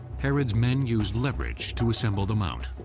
herod's men used leverage to assemble the mount.